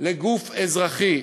לגוף אזרחי.